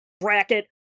bracket